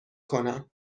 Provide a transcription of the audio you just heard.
کنم